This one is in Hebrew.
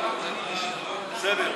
בסדר.